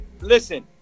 Listen